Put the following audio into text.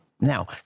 Now